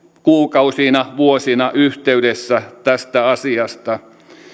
kuukausina vuosina yhteydessä tästä asiasta